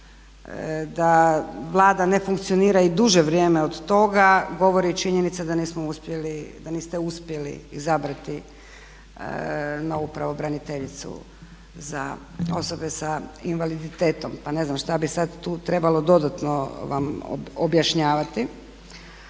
Da Vlada ne funkcionira i duže vrijeme od toga govori i činjenica da niste uspjeli izabrati novu pravobraniteljicu za osobe sa invaliditetom, pa ne znam šta bi sad tu trebalo dodatno vam objašnjavati.